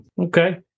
Okay